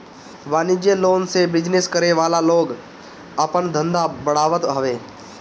वाणिज्यिक लोन से बिजनेस करे वाला लोग आपन धंधा बढ़ावत हवे